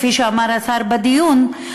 כפי שאמר השר בדיון,